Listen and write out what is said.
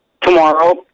tomorrow